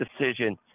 decision